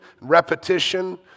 repetition